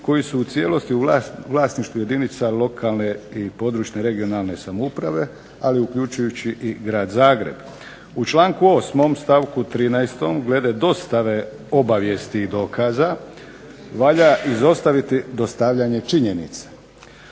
koji su u cijelosti u vlasništvu jedinica lokalne i područne (regionalne) samouprave, ali uključujući i grad Zagreb. U članku 8. stavku 13. glede dostave obavijesti i dokaza valja izostaviti dostavljanje činjenica.